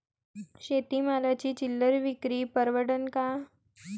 शेती मालाची चिल्लर विक्री परवडन का?